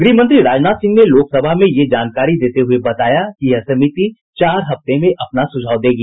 गृहमंत्री राजनाथ सिंह ने लोकसभा में यह जानकारी देते हुए बताया कि समिति चार हफ्ते में अपने सुझाव देगी